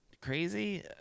crazy